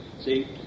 See